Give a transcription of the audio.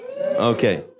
okay